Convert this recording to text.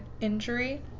injury